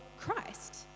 Christ